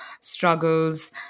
struggles